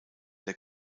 der